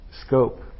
scope